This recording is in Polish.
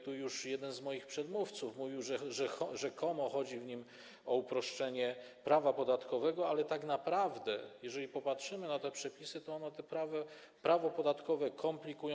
Tu już jeden z moich przedmówców mówił, że rzekomo chodzi w nim o uproszczenie prawa podatkowego, ale tak naprawdę, jeżeli popatrzymy na te przepisy, to zobaczymy, że one to prawo podatkowe komplikują.